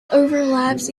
overlaps